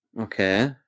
Okay